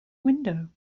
window